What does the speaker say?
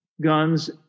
guns